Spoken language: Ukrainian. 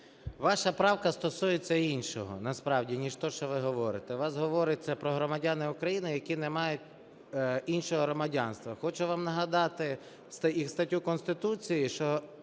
Ваша правка стосується іншого насправді, ніж те, що ви говорите. У вас говориться про громадян України, які не мають іншого громадянства. Хочу вам нагадати статтю Конституції, що